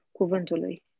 Cuvântului